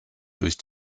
durch